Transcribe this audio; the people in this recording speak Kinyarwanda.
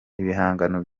ibihangano